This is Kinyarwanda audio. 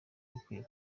bikwiye